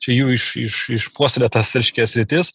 čia jų iš iš išpuoselėtas reiškias sritis